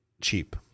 cheap